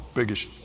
biggest